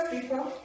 people